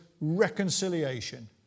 reconciliation